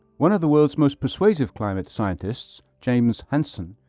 one of the world's most persuasive climate scientists, james hansen,